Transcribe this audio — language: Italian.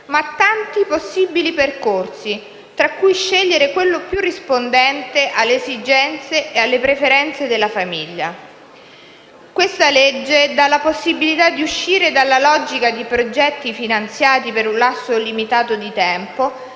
ma tanti possibili percorsi tra cui scegliere quello più rispondente alle esigenze e alle preferenze della famiglia. Questa legge dà la possibilità di uscire dalla logica di progetti finanziati per un lasso limitato di tempo,